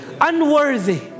unworthy